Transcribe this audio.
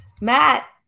Matt